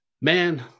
Man